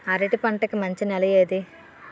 అరటి పంట కి మంచి నెల ఏది?